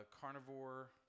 carnivore